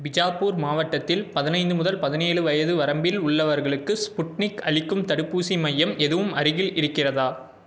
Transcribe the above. பிஜாப்பூர் மாவட்டத்தில் பதினைந்து முதல் பதினேழு வயது வரம்பில் உள்ளவர்களுக்கு ஸ்புட்னிக் அளிக்கும் தடுப்பூசி மையம் எதுவும் அருகில் இருக்கிறதா